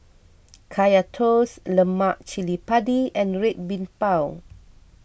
Kaya Toast Lemak Cili Padi and Red Bean Bao